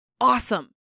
awesome